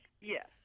Yes